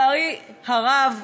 לצערי הרב,